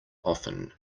often